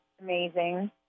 amazing